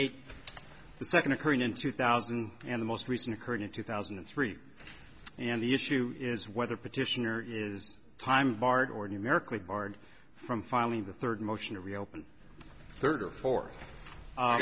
eight the second occurring in two thousand and the most recent occurred in two thousand and three and the issue is whether petitioner is time barred or numerically barred from filing the third motion to reopen third or fourth